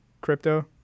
crypto